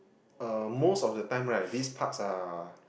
uh most of the time right these parks are